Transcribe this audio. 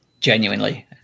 genuinely